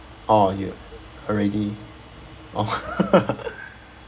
oh you already